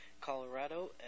Colorado